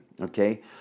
okay